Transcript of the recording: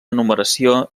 enumeració